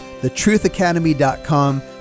Thetruthacademy.com